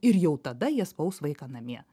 ir jau tada jie spaus vaiką namie